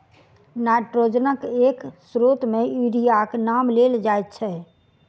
नाइट्रोजनक एक स्रोत मे यूरियाक नाम लेल जाइत छै